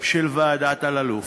של ועדת אלאלוף.